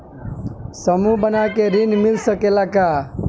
समूह बना के ऋण मिल सकेला का?